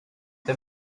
the